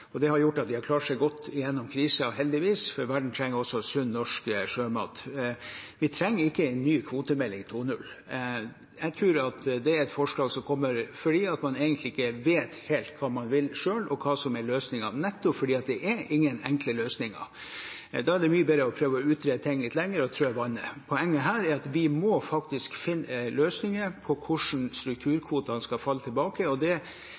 Det har gjort at de har klart seg godt gjennom kriser, heldigvis, for verden trenger sunn norsk sjømat. Vi trenger ikke en kvotemelding 2.0. Jeg tror at det er et forslag som kommer fordi man egentlig ikke helt vet hva man vil selv, og hva som er løsningen, nettopp fordi det er ingen enkle løsninger, og da er det mye bedre å prøve å utrede ting litt lenger og trå vannet. Poenget her er at vi må faktisk finne løsninger på hvordan strukturkvotene skal falle tilbake, og det